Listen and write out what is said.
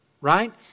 right